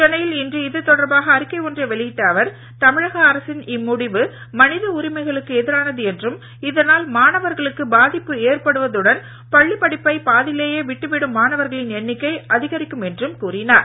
சென்னையில் இன்று இது தொடர்பாக அறிக்கை ஒன்றை வெளியிட்ட அவர் தமிழக அரசின் இம்முடிவு மனித உரிமைகளுக்கு எதிரானது என்றும் இதனால் மாணவர்களுக்கு பாதிப்பு ஏற்படுவதுடன் பள்ளிப் படிப்பை பாதியிலேயே விட்டுவிடும் மாணவர்களின் எண்ணிக்கை அதிகரிக்கும் என்றும் கூறினார்